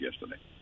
yesterday